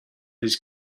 his